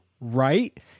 right